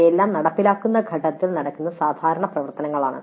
ഇവയെല്ലാം നടപ്പിലാക്കുന്ന ഘട്ടത്തിൽ നടക്കുന്ന സാധാരണ പ്രവർത്തനങ്ങളാണ്